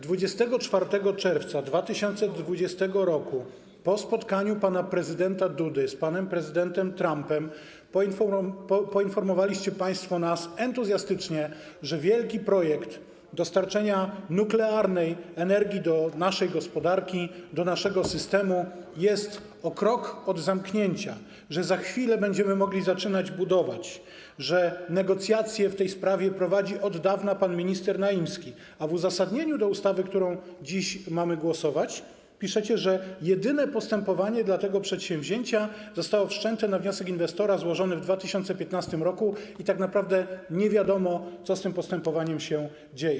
24 czerwca 2020 r. po spotkaniu pana prezydenta Dudy z panem prezydentem Trumpem poinformowaliście państwo nas entuzjastycznie, że wielki projekt dostarczenia nuklearnej energii do naszej gospodarki, do naszego systemu jest o krok od zamknięcia, że za chwilę będziemy mogli zaczynać budować, że negocjacje w tej sprawie prowadzi od dawna pan minister Naimski, a w uzasadnieniu do ustawy, nad którą dziś procedujemy, piszecie, że jedyne postępowanie odnośnie do tego przedsięwzięcia zostało wszczęte na wniosek inwestora złożony w 2015 r. i tak naprawdę nie wiadomo, co z tym postępowaniem się dzieje.